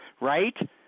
Right